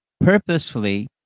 purposefully